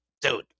dude